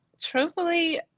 truthfully